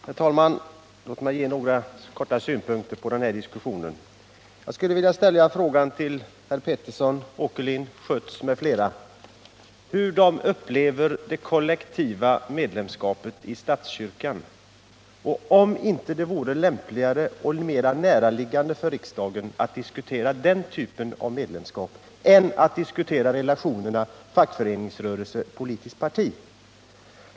Herr talman! Låt mig i korthet lägga fram några synpunkter i den här diskussionen. Jag skulle vilja fråga herr Sixten Pettersson, herr Åkerlind, herr Schött m.fl.: Hur upplever ni det kollektiva medlemskapet i statskyrkan? Vore det inte lämpligare och mera närliggande för riksdagen att diskutera den typen av medlemskap än att diskutera relationerna fackföreningsrörelse-politiskt parti?